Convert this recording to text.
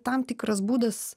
tam tikras būdas